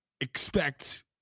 expect